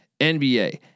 NBA